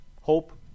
hope